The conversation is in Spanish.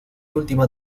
última